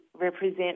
represent